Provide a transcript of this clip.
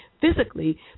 physically